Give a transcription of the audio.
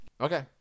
Okay